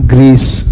Greece